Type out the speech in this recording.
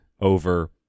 over